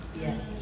Yes